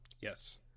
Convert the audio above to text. Yes